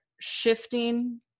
shifting